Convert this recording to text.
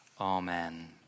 amen